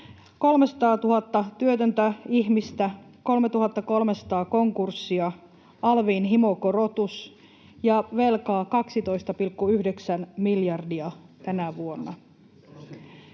300 000 työtöntä ihmistä, 3 300 konkurssia, alviin himokorotus ja velkaa 12,9 miljardia tänä vuonna.